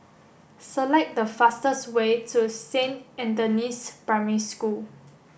select the fastest way to Saint Anthony's Primary School